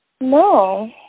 No